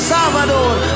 Salvador